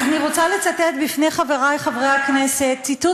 אני רוצה לצטט בפני חברי חברי הכנסת ציטוט